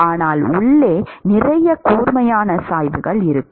ஆனால் உள்ளே நிறைய கூர்மையான சாய்வுகள் இருக்கும்